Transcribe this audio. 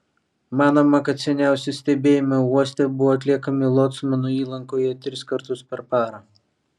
manoma kad seniausi stebėjimai uoste buvo atliekami locmano įlankoje tris kartus per parą